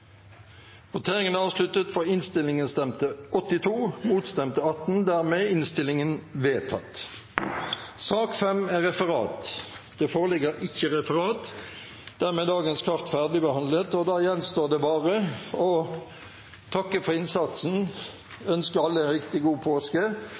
voteringen på nytt. Det foreligger ikke referat. Dermed er dagens kart ferdigbehandlet. Da gjenstår det bare å takke for innsatsen